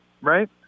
right